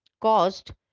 caused